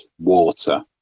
water